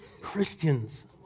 Christians